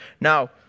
Now